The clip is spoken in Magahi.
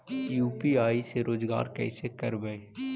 यु.पी.आई से रोजगार कैसे करबय?